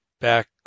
back